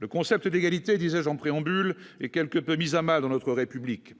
le concept d'égalité des agents préambule est quelque peu mise à mal dans notre République.